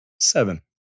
Seven